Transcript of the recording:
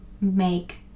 make